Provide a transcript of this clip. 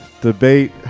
debate